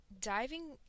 diving